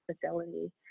facility